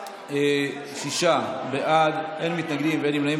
26 בעד, אין מתנגדים ואין נמנעים.